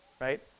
right